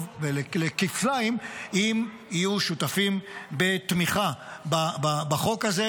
כפליים אם יהיו שותפים בתמיכה בחוק הזה.